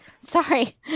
Sorry